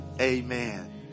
Amen